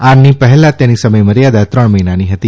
આની પહેલા તેની સમયમર્યાદા ત્રણ મહિનાની હતી